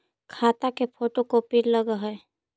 खाता के photo copy लगहै?